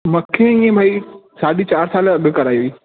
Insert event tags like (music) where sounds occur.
(unintelligible) मूंखे इएं भाई साढी चारि साल अॻु कराई हुई